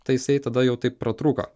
tai jisai tada jau taip pratrūko